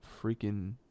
freaking